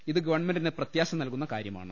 ഇത് ഗവൺമെന്റിന് പ്രത്യാശ നൽകുന്ന കാരൃമാണ്